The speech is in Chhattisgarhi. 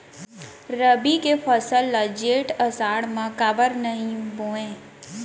रबि के फसल ल जेठ आषाढ़ म काबर नही बोए?